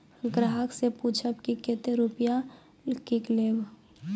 ग्राहक से पूछब की कतो रुपिया किकलेब?